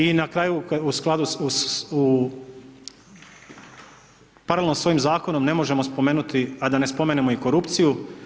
I na kraju u skladu s, u, paralelno s ovim zakonom ne možemo spomenuti a da ne spomenemo i korupciju.